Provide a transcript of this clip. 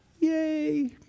yay